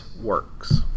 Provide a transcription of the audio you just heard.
works